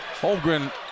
Holmgren